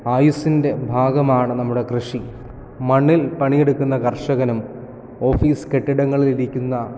ആയുസ്സിൻ്റെ ഭാഗമാണ് നമ്മുടെ കൃഷി മണ്ണിൽ പണിയെടുക്കുന്ന കർഷകനും ഓഫീസ് കെട്ടിടങ്ങളിൽ ഇരിക്കുന്ന